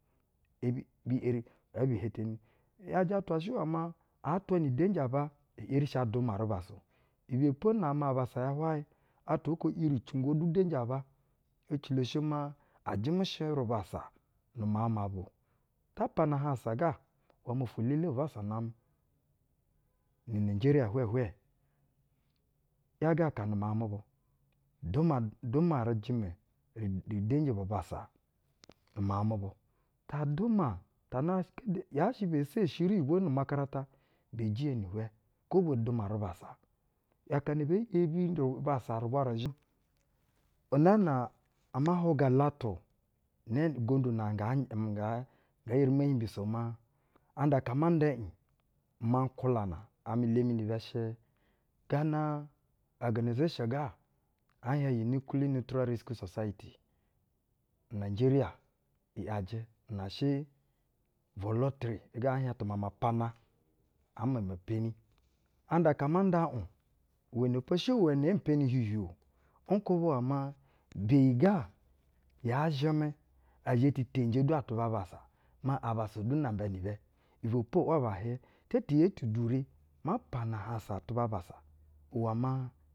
Ɛbi eri ee bi heteni, ‘yajɛ atwa shɛ iwɛ maa ee teni udenji aba e eri shi aduma rubassa o. Ibɛ pona-amɛ abassa ya hwayɛ, atwa oko iricingo udenji aba, ecilo shɛ maa ajɛmɛ shɛ rubassa ŋu miauŋ ma aba o. Mapana-ahansa ga maa, ofwo elele bubassa namɛ nu nayijeriya, ‘yaga aka nu miauŋ mu bu. Duma, duma rɛjɛrɛ re udenji bubassa nu miauŋ mu bu. Ta duma, tana du, yaa shɛ bee seshi riyiwo nu-umakarata, bee jiye ni-ihwɛ kwo ba duma rubassa. Akana bee ‘yebi rubassa ru zhɛ, unaana ama hwuga wetu, na ugondu na nga eri mob u mbiso maa, anda aka ama nda iŋ, imankwulama amɛ lemi ni bɛ shɛ gana oganazeshun ga ɛɛ unikili niutral reskiwu sosayiti nu-unajeriya i’yajɛ inɛ shɛ volontɛri igɛ ɛɛ, hieŋ tu mama pana ee meme peni, anda akak ama nda uŋ, iwɛnɛ po shɛ iwɛnɛ ce mpeni uhiuhiu o. nkwubɛ iwɛ maa beyi ga yaa zhɛmɛ ɛ zhɛ ti teyinjɛ du atuba abassa maa abassa du namba ni bɛ. Ibɛ po u’waba ihiɛ, taa ti yee tu dure ma pana ahaŋsa atu ba abassa.